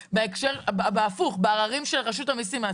לעצמאים ברשות המיסים.